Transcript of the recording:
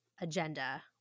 agenda